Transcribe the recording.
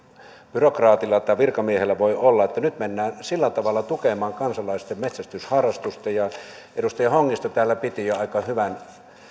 byrokraatilla tai virkamiehellä voi olla ja nyt mennään tukemaan kansalaisten metsästysharrastusta edustaja hongisto täällä piti jo aika hyvän